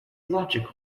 logical